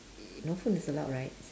no phone is allowed right